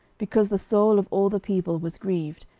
because the soul of all the people was grieved,